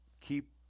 keep